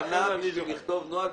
שנה בשביל לכתוב נוהל?